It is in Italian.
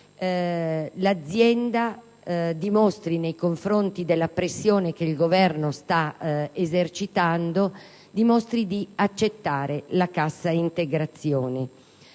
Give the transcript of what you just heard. l'azienda dimostri, anche per la pressione che il Governo sta esercitando, di accettare la cassa integrazione.